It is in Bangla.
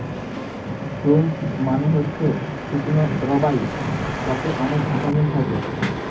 প্রুনস মানে হচ্ছে শুকনো বরাই যাতে অনেক ভিটামিন থাকে